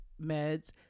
meds